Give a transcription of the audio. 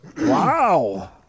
Wow